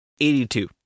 82